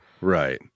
Right